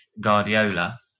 Guardiola